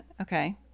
Okay